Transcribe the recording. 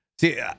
see